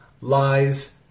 lies